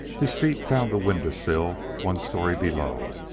his feet found the window-sill one story below.